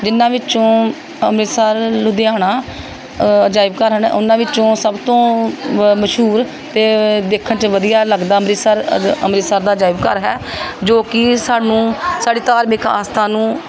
ਜਿਹਨਾਂ ਵਿੱਚੋਂ ਅੰਮ੍ਰਿਤਸਰ ਲੁਧਿਆਣਾ ਅਜਾਇਬ ਘਰ ਹਨ ਉਹਨਾਂ ਵਿੱਚੋਂ ਸਭ ਤੋਂ ਵ ਮਸ਼ਹੂਰ ਅਤੇ ਦੇਖਣ 'ਚ ਵਧੀਆ ਲੱਗਦਾ ਅੰਮ੍ਰਿਤਸਰ ਅਜ ਅੰਮ੍ਰਿਤਸਰ ਦਾ ਅਜਾਇਬ ਘਰ ਹੈ ਜੋ ਕਿ ਸਾਨੂੰ ਸਾਡੀ ਧਾਰਮਿਕ ਆਸਥਾ ਨੂੰ